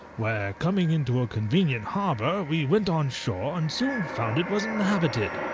where, coming into a convenient harbour, we went on shore, and soon found it was inhabited.